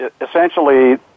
essentially